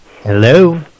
Hello